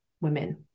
women